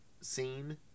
scene